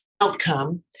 outcome